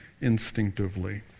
instinctively